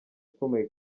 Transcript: ukomeye